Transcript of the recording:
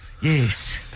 Yes